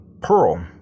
Pearl